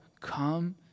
come